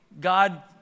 God